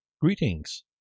Greetings